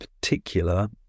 particular